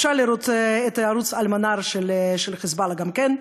אפשר לראות את ערוץ אל-מנאר של "חיזבאללה" גם כן,